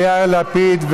יאיר לפיד,